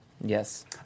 Yes